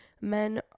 men